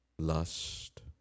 lust